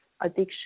addiction